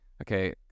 okay